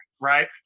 right